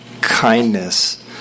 kindness